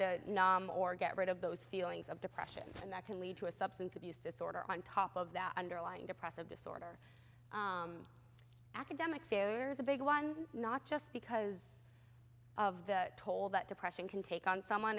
numb or get rid of those feelings of depression and that can lead to a substance abuse disorder on top of that underlying depressive disorder academic failure is a big one not just because of the toll that depression can take on someone